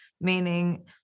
meaning